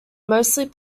mostly